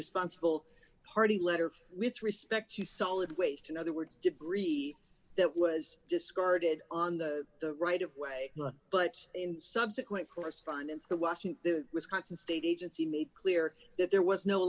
responsible party letter with respect to solid waste in other words debris that was discarded on the right of way but in subsequent correspondence to watching the wisconsin state agency made clear that there was no